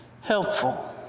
helpful